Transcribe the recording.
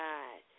God